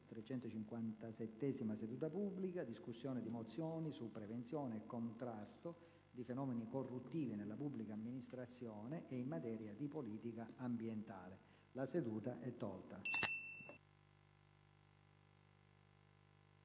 La seduta è tolta